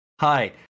hi